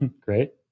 Great